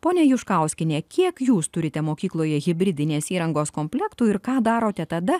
ponia juškauskiene kiek jūs turite mokykloje hibridinės įrangos komplektų ir ką darote tada